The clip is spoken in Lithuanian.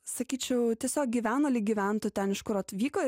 sakyčiau tiesiog gyvena lyg gyventų ten iš kur atvyko